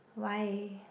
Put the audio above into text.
why